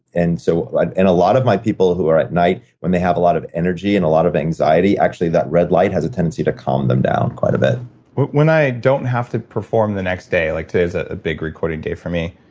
and so like and a lot of my people who are at night, when they have a lot of energy and a lot of anxiety, actually that red light has a tendency to calm them down quite a bit when i don't have to perform the next day, like today is a a big recording day for me.